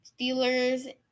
Steelers